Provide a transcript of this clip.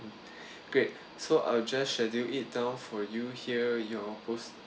great so I'll just schedule it down for you here your post